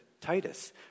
Titus